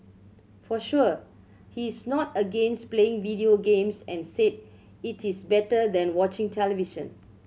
for sure he is not against playing video games and said it is better than watching television